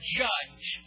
judge